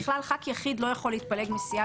ככלל ח"כ יחיד לא יכול להתפלג מסיעה,